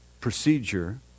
procedure